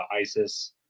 ISIS